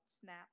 snap